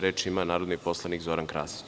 Reč ima narodni poslanik Zoran Krasić.